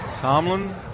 Tomlin